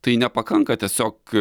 tai nepakanka tiesiog